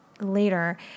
later